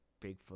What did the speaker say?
Bigfoot